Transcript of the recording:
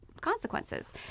consequences